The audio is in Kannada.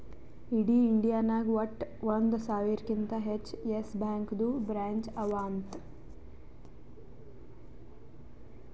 ಇಡೀ ಇಂಡಿಯಾ ನಾಗ್ ವಟ್ಟ ಒಂದ್ ಸಾವಿರಕಿಂತಾ ಹೆಚ್ಚ ಯೆಸ್ ಬ್ಯಾಂಕ್ದು ಬ್ರ್ಯಾಂಚ್ ಅವಾ ಅಂತ್